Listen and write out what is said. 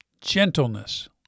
gentleness